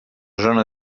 zona